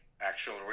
actual